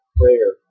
prayer